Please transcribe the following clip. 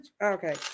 Okay